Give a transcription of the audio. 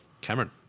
Cameron